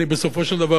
בסופו של דבר,